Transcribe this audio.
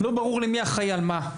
ולא ברור לי, מי אחראי על מה?